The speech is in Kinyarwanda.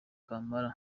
kamara